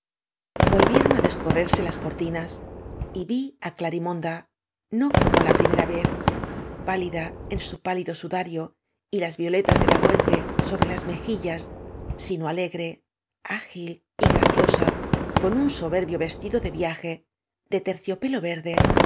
volvieron á descorrerse las cortinas y vi áglarimonda no como la primera vez pálida en su pálido sudario y las violetas de la muerte sobre las maíllas sino alegre ágil y graciosa con nn soberbio vestido de visge de terciopelo verde